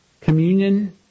communion